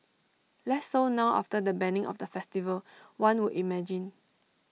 less so now after the banning of the festival one would imagine